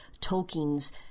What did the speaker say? Tolkien's